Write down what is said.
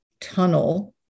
tunnel